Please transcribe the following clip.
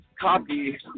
copy